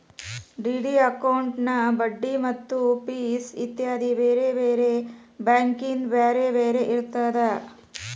DD ಅಕೌಂಟಿನ್ ಬಡ್ಡಿ ಮತ್ತ ಫಿಸ್ ಇತ್ಯಾದಿ ಬ್ಯಾರೆ ಬ್ಯಾರೆ ಬ್ಯಾಂಕಿಂದ್ ಬ್ಯಾರೆ ಬ್ಯಾರೆ ಇರ್ತದ